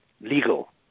legal